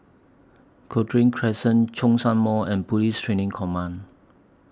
Cochrane Crescent Zhongshan Mall and Police Training Command